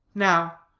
now,